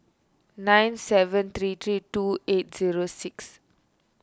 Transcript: nine seven three three two eight zero six